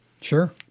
Sure